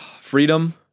Freedom